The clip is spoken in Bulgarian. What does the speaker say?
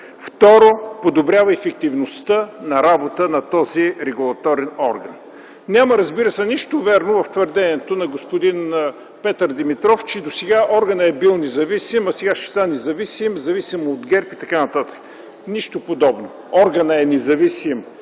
второ, подобрява ефективността на работа на този регулаторен орган. Разбира се, няма нищо вярно в твърдението на господин Петър Димитров, че досега органът е бил независим, а сега ще стане зависим – зависим от ГЕРБ и т.н. Нищо подобно! Органът е независим